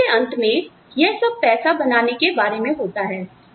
एक दिन के अंत में यह सब पैसा बनाने के बारे में होता है